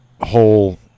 whole